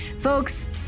Folks